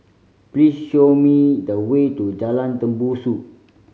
please show me the way to Jalan Tembusu